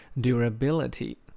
durability